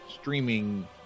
streaming